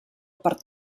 per